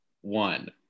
One